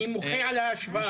אני מוחה על ההשוואה.